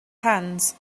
hands